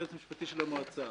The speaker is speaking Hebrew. יועץ משפטי של המועצה.